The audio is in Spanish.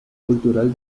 cultural